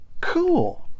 Cool